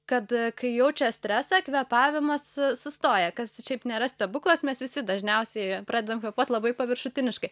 kad kai jaučia stresą kvėpavimas sustoja kas šiaip nėra stebuklas mes visi dažniausiai pradedam kvėpuot labai paviršutiniškai